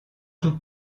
tout